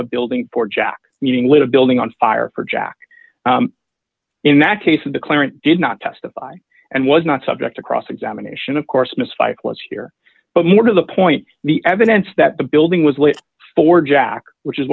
a building for jack meeting live building on fire for jack in that case in the clear and did not testify and was not subject to cross examination of course misfired was here but more to the point the evidence that the building was lit for jack which is